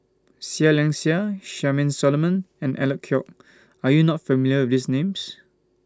Seah Liang Seah Charmaine Solomon and Alec Kuok Are YOU not familiar with These Names